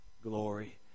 glory